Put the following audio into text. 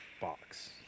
box